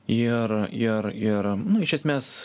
ir ir ir nu iš esmės